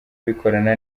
bikorana